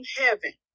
heaven